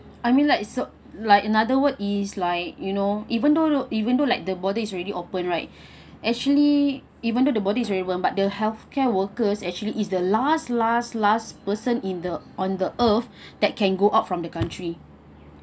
I mean like so like in another words is like you know even though even though like the border is already open right actually even though the border's already open but the healthcare workers actually is the last last last person in the on the earth that can go out from the country